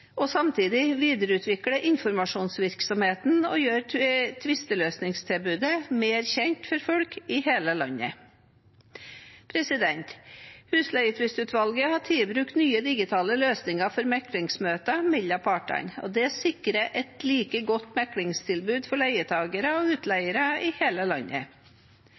og samtidig videreutvikle informasjonsvirksomheten og gjøre tvisteløsningstilbudet mer kjent for folk i hele landet. Husleietvistutvalget har tatt i bruk nye digitale løsninger for meklingsmøter mellom partene, og det sikrer et like godt meklingstilbud for leietakere og utleiere i hele landet.